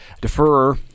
defer